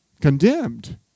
condemned